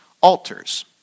altars